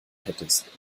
hättest